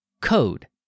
code